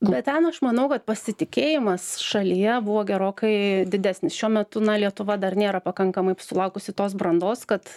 bet ten aš manau kad pasitikėjimas šalyje buvo gerokai didesnis šiuo metu na lietuva dar nėra pakankamai sulaukusi tos brandos kad